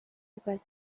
request